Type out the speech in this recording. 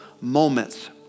moments